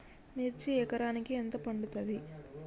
మిర్చి ఎకరానికి ఎంత పండుతది?